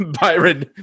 byron